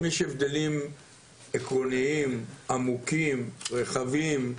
האם יש הבדלים עקרוניים, עמוקים, רחבים,